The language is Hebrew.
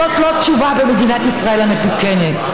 זאת לא תשובה במדינת ישראל המתוקנת.